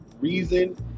reason